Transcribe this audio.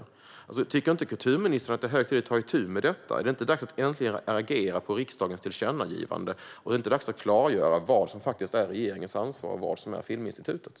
Tycker inte kulturministern att det är hög tid att ta itu med detta? Är det inte dags att äntligen agera på riksdagens tillkännagivande? Är det inte dags att klargöra vad som faktiskt är regeringens ansvar och vad som är Filminstitutets?